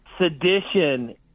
sedition